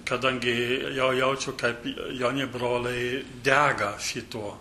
kadangi jau jaučiu kaip jauni broliai dega šituo